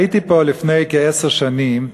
הייתי פה לפני כעשר שנים,